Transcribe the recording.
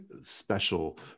special